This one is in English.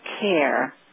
care